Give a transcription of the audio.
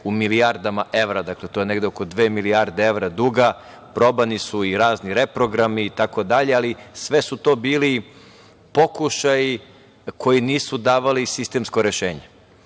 u milijardama evra, dakle to je negde oko dve milijarde evra duga. Probani su i razni reprogrami itd., ali sve su to bili pokušaji koji nisu davali sistemsko rešenje.